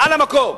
על המקום.